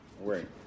Right